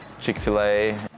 Chick-fil-A